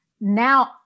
now